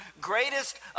greatest